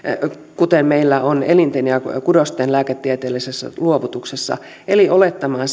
kuten meillä on elinten ja kudosten lääketieteellisessä luovutuksessa eli olettamaan